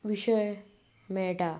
विशय मेळटा